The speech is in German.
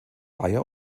weyer